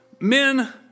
Men